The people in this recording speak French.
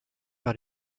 vers